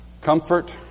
comfort